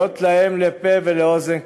להיות להם לפה ולאוזן קשבת.